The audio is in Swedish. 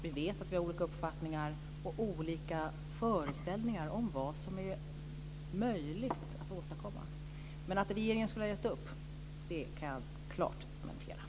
Vi vet att vi har olika uppfattningar och olika föreställningar om vad som är möjligt att åstadkomma. Men att regeringen skulle ha gett upp kan jag klart dementera.